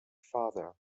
father